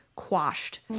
quashed